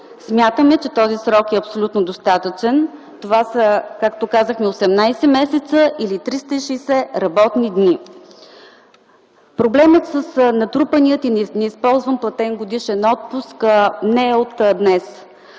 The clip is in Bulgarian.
Смятаме, че този срок е абсолютно достатъчен. Това са, както казах, 18 месеца или 360 работни дни. Проблемът с натрупания и неизползван платен годишен отпуск не е от днес.